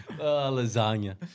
Lasagna